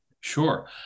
Sure